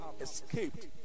escaped